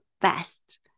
best